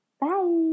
Bye